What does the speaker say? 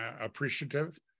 appreciative